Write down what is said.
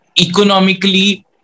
Economically